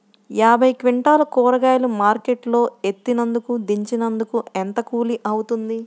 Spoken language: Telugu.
యాభై క్వింటాలు కూరగాయలు మార్కెట్ లో ఎత్తినందుకు, దించినందుకు ఏంత కూలి అవుతుంది?